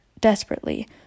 desperately